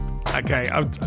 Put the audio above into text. Okay